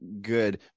good